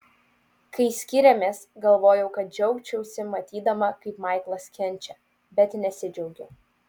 kai skyrėmės galvojau kad džiaugčiausi matydama kaip maiklas kenčia bet nesidžiaugiu